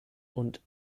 und